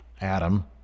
Adam